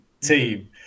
team